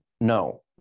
No